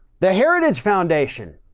the heritage foundation.